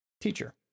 Teacher